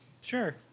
Sure